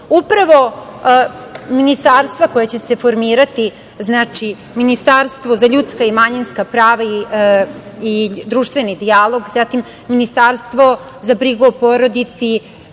Upravo ministarstva koja će se formirati, znači, ministarstvo za ljudska i manjinska prava i društveni dijalog, zatim ministarstvo za brigu o porodici